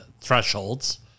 thresholds